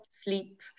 sleep